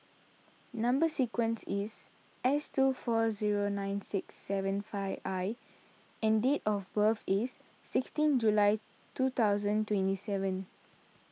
Number Sequence is S two four zero nine six seven five I and date of birth is sixteen July two thousand twenty seven